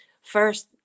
first